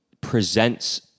presents